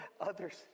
others